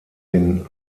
den